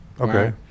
Okay